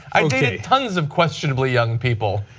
i dated tons of questionably young people.